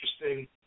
interesting